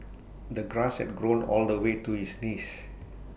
the grass had grown all the way to his knees